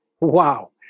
Wow